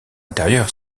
intérieur